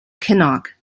kinnock